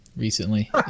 Recently